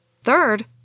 Third